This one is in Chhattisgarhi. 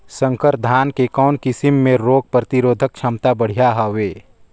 संकर धान के कौन किसम मे रोग प्रतिरोधक क्षमता बढ़िया हवे?